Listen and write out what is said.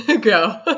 go